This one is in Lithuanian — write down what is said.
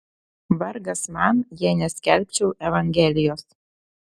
vargas man jei neskelbčiau evangelijos